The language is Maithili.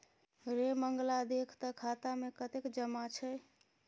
रे मंगला देख तँ खाता मे कतेक जमा छै